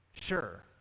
sure